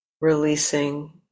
releasing